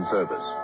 Service